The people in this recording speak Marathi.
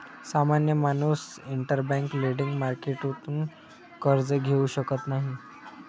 सामान्य माणूस इंटरबैंक लेंडिंग मार्केटतून कर्ज घेऊ शकत नाही